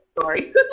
sorry